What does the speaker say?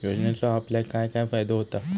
योजनेचो आपल्याक काय काय फायदो होता?